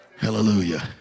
Hallelujah